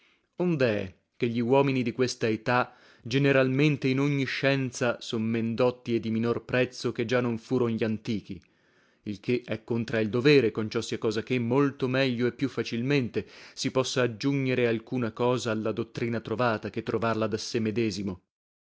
onde è che gli uomini di questa età generalmente in ogni scienza son men dotti e di minor prezzo che già non furon gli antichi il che è contra il dovere conciosia cosa che molto meglio e più facilmente si possa aggiugnere alcuna cosa alla dottrina trovata che trovarla da sé medesimo